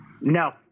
No